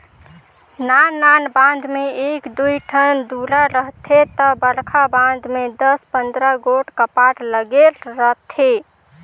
नान नान बांध में एक दुई ठन दुरा रहथे ता बड़खा बांध में दस पंदरा गोट कपाट लगे रथे